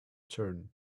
turn